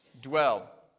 dwell